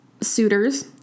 suitors